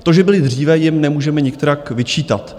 To, že byli dříve, jim nemůžeme nikterak vyčítat.